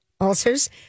ulcers